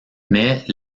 mais